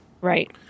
Right